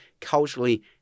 culturally